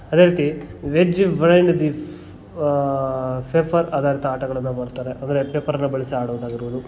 ಅದೇ ರೀತಿ veg paper ಆಧಾರಿತ ಆಟಗಳನ್ನು ಮಾಡ್ತಾರೆ ಅಂದರೆ ಪೇಪರನ್ನು ಬಳಸಿ ಆಡೋದಾಗಿರ್ಬೋದು